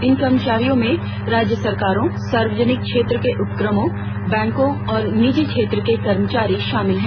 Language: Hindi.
इन कर्मचारियों में राज्य सरकारों सार्वजनिक क्षेत्र के उपक्रमों बैंकों और निजी क्षेत्र के कर्मचारी शामिल हैं